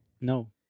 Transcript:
No